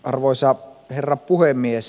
arvoisa herra puhemies